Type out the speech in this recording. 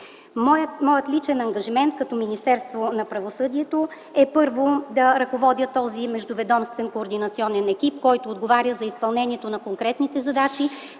Моят личен ангажимент като министър на правосъдието е, първо, да ръководя този междуведомствен координационен екип, който отговаря за изпълнението на конкретните задачи,